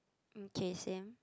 okay same